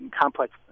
complex